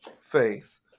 faith